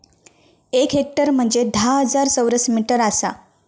एक हेक्टर म्हंजे धा हजार चौरस मीटर आसा